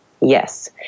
Yes